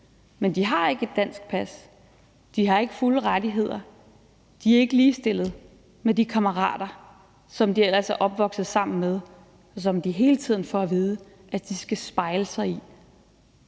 men de har ikke et dansk pas, de har ikke fulde rettigheder, de er ikke ligestillet med de kammerater, som de ellers er opvokset sammen med, og som de hele tiden får at vide de skal spejle sig i